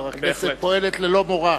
שפועלת ללא מורא.